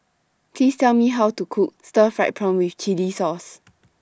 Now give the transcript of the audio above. Please Tell Me How to Cook Stir Fried Prawn with Chili Sauce